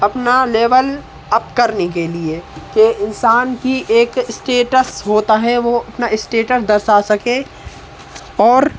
अपना level up करने के लिए के इंसान की एक स्टेटस होता है वो अपना स्टेटस दर्शा सके और